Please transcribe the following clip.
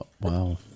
Wow